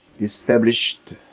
established